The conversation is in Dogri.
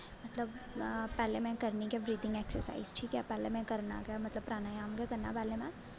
मतलव पैह्लें में करनी गै बरीथिंग ऐक्सर्साईज ठीक ऐ पैह्लें में करना प्रानयाम गै करना में